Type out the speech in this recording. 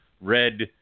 red